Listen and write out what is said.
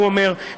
הוא אומר,